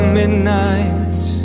midnight